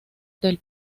del